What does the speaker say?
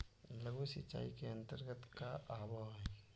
लघु सिंचाई के अंतर्गत का आव हइ?